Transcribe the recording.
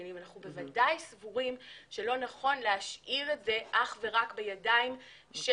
בוודאי סבורים שלא נכון להשאיר את זה אך ורק בידיים של